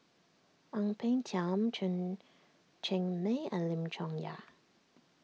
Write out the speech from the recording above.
Ang Peng Tiam Chen Cheng Mei and Lim Chong Yah